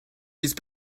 these